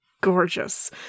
gorgeous